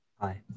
Hi